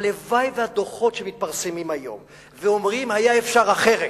הלוואי שהדוחות שמתפרסמים היום ואומרים: היה אפשר אחרת,